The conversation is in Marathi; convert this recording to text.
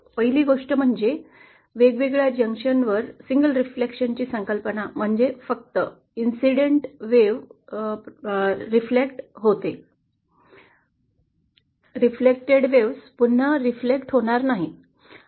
पहिली गोष्ट म्हणजे वेगवेगळ्या जंक्शनवर एकच प्रतिबिंबची संकल्पना म्हणजे फक्त आनुषंगिक लाट प्रतिबिंबित होते परावर्तित लाट पुन्हा प्रतिबिंबित होणार नाही